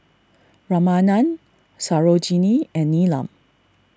Ramanand Sarojini and Neelam